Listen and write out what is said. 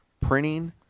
printing